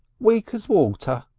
weak as water.